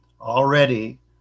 Already